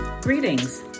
Greetings